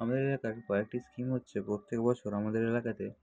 আমাদের এলাকার কয়েকটি স্কিম হচ্ছে প্রত্যেক বছর আমাদের এলাকাতে